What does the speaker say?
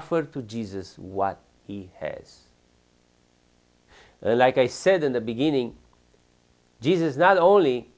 for to jesus what he has like i said in the beginning jesus is not only